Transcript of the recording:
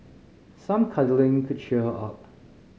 some cuddling could cheer her up